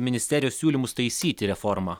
ministerijos siūlymus taisyti reformą